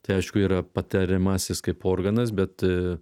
tai aišku yra patariamasis kaip organas bet